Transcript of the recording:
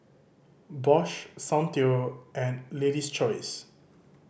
Bosch Soundteoh and Lady's Choice